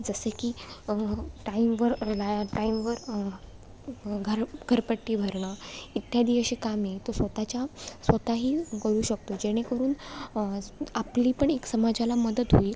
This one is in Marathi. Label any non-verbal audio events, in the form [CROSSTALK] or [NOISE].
जसे की टाईमवर [UNINTELLIGIBLE] टाईमवर घर घरपट्टी भरणं इत्यादी अशी कामे तो स्वतःच्या स्वतःही करू शकतो जेणेकरून आपली पण एक समाजाला मदत होईल